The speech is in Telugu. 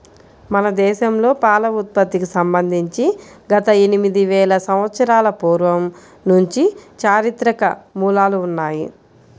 మన దేశంలో పాల ఉత్పత్తికి సంబంధించి గత ఎనిమిది వేల సంవత్సరాల పూర్వం నుంచి చారిత్రక మూలాలు ఉన్నాయి